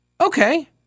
Okay